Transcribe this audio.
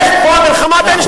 כמו ה"חמאס"